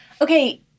Okay